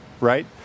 right